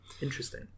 Interesting